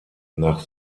nach